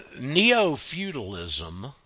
Neo-feudalism